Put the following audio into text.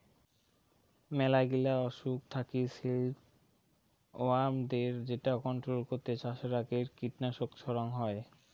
মেলাগিলা অসুখ থাকি সিল্ক ওয়ার্মদের যেটা কন্ট্রোল করতে চাষের আগে কীটনাশক ছড়াঙ হই